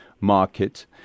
market